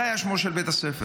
זה היה שמו של בית הספר.